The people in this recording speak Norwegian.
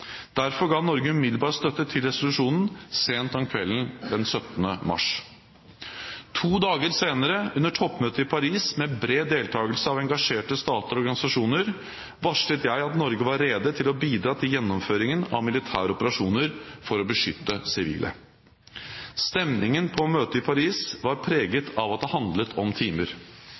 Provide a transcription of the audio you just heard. Derfor ga Norge umiddelbar støtte til resolusjonen sent om kvelden den 17. mars. To dager senere, under toppmøtet i Paris med bred deltakelse av engasjerte stater og organisasjoner, varslet jeg at Norge var rede til å bidra til gjennomføringen av militære operasjoner for å beskytte sivile. Stemningen på møtet i Paris var preget av at det handlet om timer.